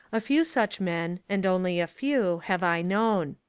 a few such men, and only a few, have i known.